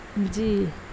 جی